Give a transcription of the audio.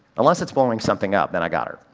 unless it's blowing something up, then i got her.